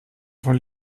von